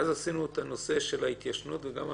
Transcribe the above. אז עשינו את הנושא של ההתיישנות וגם המחיקה,